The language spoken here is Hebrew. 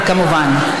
כמובן,